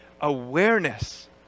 awareness